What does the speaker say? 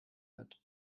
wird